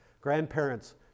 grandparents